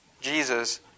Jesus